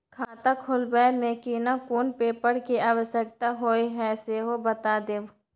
खाता खोलैबय में केना कोन पेपर के आवश्यकता होए हैं सेहो बता देब?